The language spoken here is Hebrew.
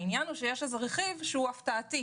העניין הוא שיש איזה רכיב שהוא מפתיע.